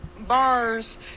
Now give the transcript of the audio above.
bars